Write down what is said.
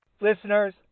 Listeners